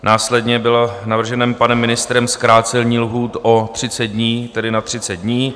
Následně bylo navrženo panem ministrem zkrácení lhůt o 30 dní, tedy na 30 dní.